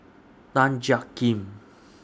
Tan Jiak Kim